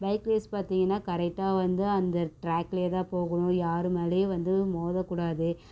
bike race பார்த்தீங்கன்னா கரெக்டாக வந்து அந்த ட்ராக்லேயேதான் போகணும் யார் மேலேயும் வந்து மோதக்கூடாது